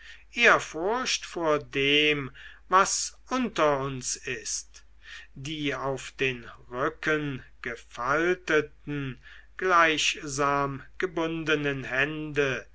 ehrfurcht vor dem was unter uns ist die auf den rücken gefalteten gleichsam gebundenen hände